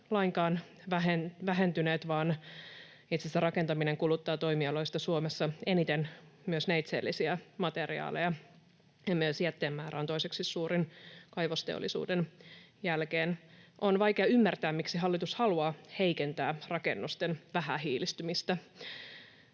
lainkaan vähentyneet, vaan itse asiassa rakentaminen kuluttaa toimialoista Suomessa eniten myös neitseellisiä materiaaleja, ja myös jätteen määrä on toiseksi suurin kaivosteollisuuden jälkeen. On vaikea ymmärtää, miksi hallitus haluaa heikentää rakennusten vähähiilistymistä.